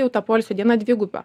jau ta poilsio diena dviguba